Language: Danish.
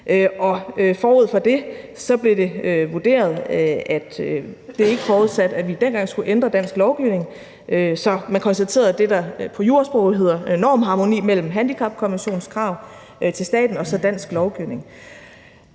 og forud for det blev det vurderet, at det ikke forudsatte, at vi dengang skulle ændre dansk lovgivning, så man konstaterede, at der var det, der på jurasprog hedder normharmoni mellem handicapkonventionskrav til staten og så dansk lovgivning.